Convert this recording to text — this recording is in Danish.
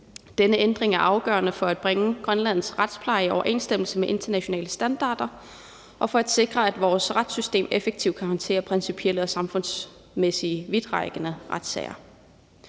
ændring er afgørende for at bringe Grønlands retspleje i overensstemmelse med internationale standarder og for at sikre, at vores retssystem effektivt kan håndtere principielle og samfundsmæssige vidtrækkende retssager.